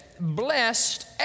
blessed